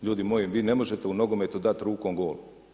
Ljudi moji, vi ne možete u nogometu dat rukom gol.